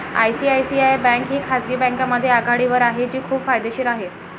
ICICI bank ही खाजगी बँकांमध्ये आघाडीवर आहे जी खूप फायदेशीर आहे